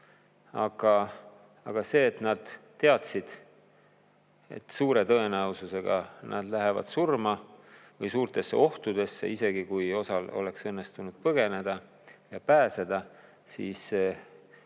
aga nad teadsid, et suure tõenäosusega nad lähevad surma või suurtesse ohtudesse, isegi kui osal oleks õnnestunud põgeneda ja pääseda.